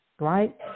right